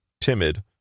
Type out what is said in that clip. timid